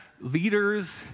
leaders